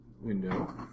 Window